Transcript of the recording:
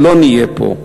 לא נהיה פה.